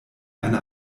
eine